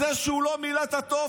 על זה שהוא לא מילא את הטופס.